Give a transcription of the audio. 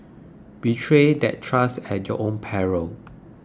betray that trust at your own peril